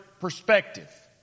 perspective